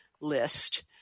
list